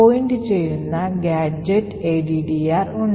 point ചെയ്യുന്ന GadgetAddr ഉണ്ട്